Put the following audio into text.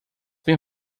been